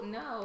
no